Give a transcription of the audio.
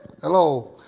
Hello